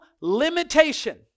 limitation